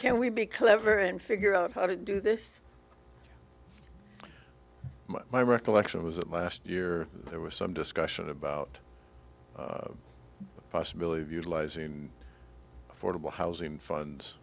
clever and figure out how to do this my recollection was that last year there was some discussion about the possibility of utilizing affordable housing funds